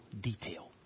detail